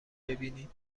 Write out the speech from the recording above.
ببینید